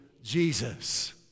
Jesus